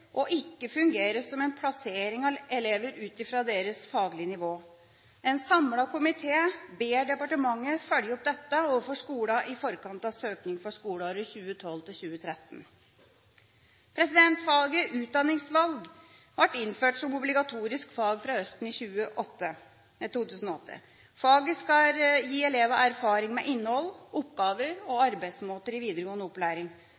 ikke fungere som en plassering av elever ut fra deres faglige nivå. En samlet komité ber departementet følge opp dette overfor skolene i forkant av søkning til skoleåret 2012–2013. Faget utdanningsvalg ble innført som obligatorisk fag fra høsten 2008. Faget skal gi elevene erfaring med innhold, oppgaver og arbeidsmåter i videregående opplæring,